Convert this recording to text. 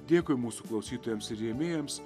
dėkui mūsų klausytojams ir rėmėjams